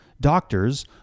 Doctors